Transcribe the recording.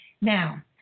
Now